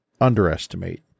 underestimate